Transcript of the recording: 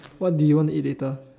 what do you want to eat later